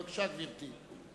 בבקשה, גברתי.